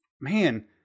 man